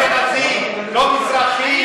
לא אשכנזים, לא מזרחים.